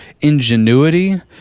ingenuity